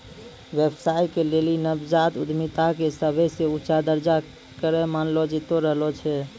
व्यवसाय के लेली नवजात उद्यमिता के सभे से ऊंचा दरजा करो मानलो जैतो रहलो छै